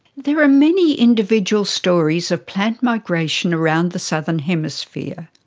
there are many individual stories of plant migration around the southern hemisphere.